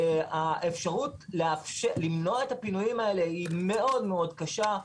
האפשרות למנוע את הפינויים האלה היא מאוד קשה,